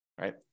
right